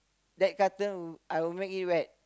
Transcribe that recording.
that carton I will make it wet